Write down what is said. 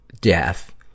death